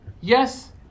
Yes